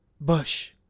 Bush